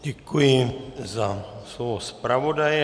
Děkuji za slovo zpravodaje.